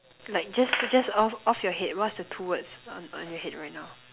like just just off off your head what's the two words on on your head right now